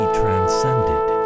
transcended